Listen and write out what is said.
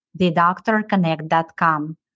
thedoctorconnect.com